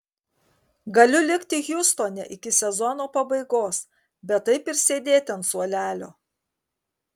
galiu likti hjustone iki sezono pabaigos bet taip ir sėdėti ant suolelio